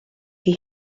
that